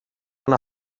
una